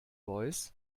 voice